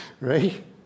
Right